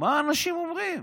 מה אנשים אומרים.